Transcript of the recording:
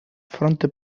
fronte